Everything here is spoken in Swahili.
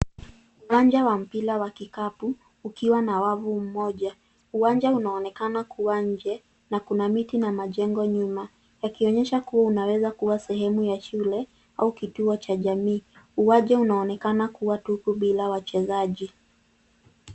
Uwanja wa mpira wa kikapu, ukiwa na wavu mmoja. Uwanja unaonekana kuwa nje na kuna miti na majengo nyuma, yakionyesha kuwa unaweza kuwa sehemu ya shule au kituo cha jamii. Uwanja unaonekana kuwa tupu bila wachezaji.